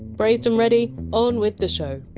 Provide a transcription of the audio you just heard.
braced and ready? on with the show